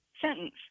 sentence